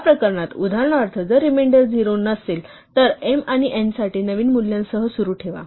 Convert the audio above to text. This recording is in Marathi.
या प्रकरणात उदाहरणार्थ जर रिमेंडेर 0 नसेल तर m आणि n साठी नवीन मूल्यांसह सुरू ठेवा